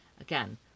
again